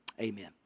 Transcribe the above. amen